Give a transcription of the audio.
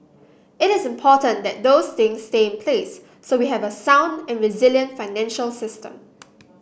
it is important that those things stay in place so we have a sound and resilient financial system